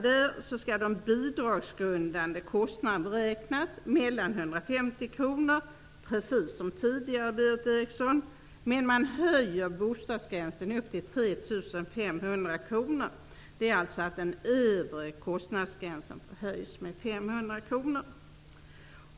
De bidragsgrundande kostnaderna föreslås ligga mellan 150 kr -- precis som tidigare, Berith Eriksson -- och en övre bostadskostnadsgräns på 3 500 kr. Det innebär att den övre bostadskostnadsgränsen höjs med 500 kr.